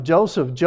Joseph